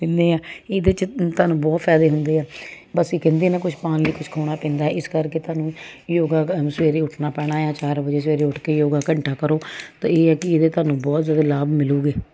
ਲੈਨੇ ਆ ਇਹਦੇ ਚ ਤੁਹਾਨੂੰ ਬਹੁਤ ਫਾਇਦਾ ਦਿੰਦੇ ਆ ਬਸ ਇਹ ਕਹਿੰਦੇ ਨਾ ਕੁਝ ਪਾਉਣ ਲਈ ਕੁਛ ਹੋਣਾ ਪੈਂਦਾ ਇਸ ਕਰਕੇ ਤੁਹਾਨੂੰ ਯੋਗਾ ਸਵੇਰੇ ਉੱਠਣਾ ਆ ਚਾਰ ਵਜੇ ਸਵੇਰੇ ਉੱਠ ਕੇ ਯੋਗਾ ਘੰਟਾ ਕਰੋ ਤਾਂ ਇਹ ਆ ਕੀ ਇਹਦੇ ਤੁਹਾਨੂੰ ਬਹੁਤ ਜਿਆਦਾ ਲਾਭ ਮਿਲੂਗੇ